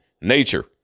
nature